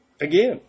Again